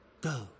go